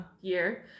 year